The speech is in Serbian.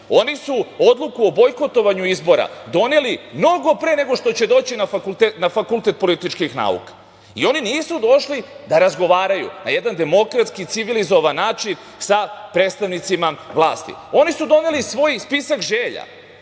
Oni su odluku o bojkotovanju izbora doneli mnogo pre nego što će doći na Fakultet političkih nauka. I oni nisu došli da razgovaraju na jedan demokratski, civilizovan način sa predstavnicima vlasti. Oni su doneli svoj spisak želja